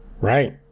right